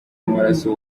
w’amaraso